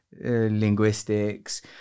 linguistics